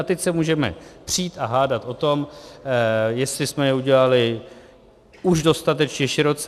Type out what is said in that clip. A teď se můžeme přít a hádat o tom, jestli jsme je udělali už dostatečně široce.